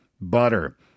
butter